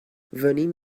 venim